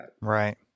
right